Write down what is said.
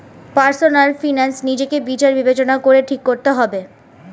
personal finance নিজেকে বিচার বিবেচনা করে ঠিক করতে হবে